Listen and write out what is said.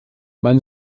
man